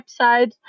website